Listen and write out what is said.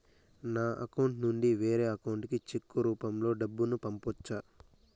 నా అకౌంట్ నుండి వేరే అకౌంట్ కి చెక్కు రూపం లో డబ్బును పంపొచ్చా?